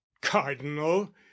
cardinal